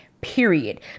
Period